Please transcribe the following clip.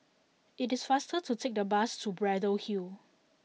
it is faster to take the bus to Braddell Hill